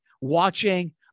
watching